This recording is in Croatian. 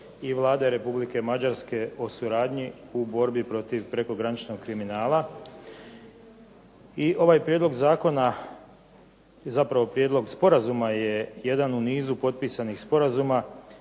i Vlade Republike Mađarske o suradnji u borbi protiv prekograničnog kriminala. I ovaj prijedlog zakona i zapravo prijedlog sporazuma je jedan u nizu potpisanih sporazuma